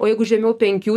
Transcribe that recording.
o jeigu žemiau penkių